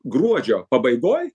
gruodžio pabaigoj